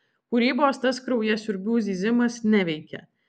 kūrybos tas kraujasiurbių zyzimas neveikia